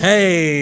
Hey